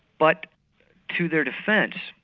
but to their defence,